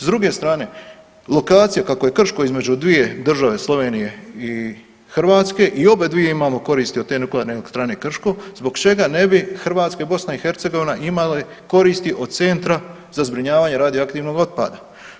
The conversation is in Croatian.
S druge strane, lokacija kako je Krško između dvije države, Slovenije i Hrvatske i obe dvije imamo koristi od te NE Krško, zbog čega ne bi Hrvatska i BiH imale koristi od centra za zbrinjavanje radioaktivnog otpada?